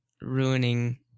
ruining